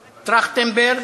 טרכטנברג,